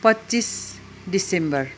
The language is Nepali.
पच्चिस डिसेम्बर